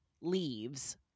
leaves